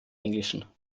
englischen